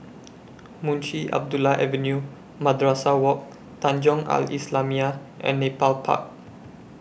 Munshi Abdullah Avenue Madrasah Wak Tanjong Al Islamiah and Nepal Park